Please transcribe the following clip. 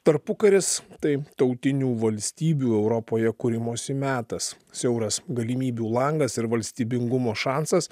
tarpukaris tai tautinių valstybių europoje kūrimosi metas siauras galimybių langas ir valstybingumo šansas